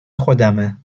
خودمه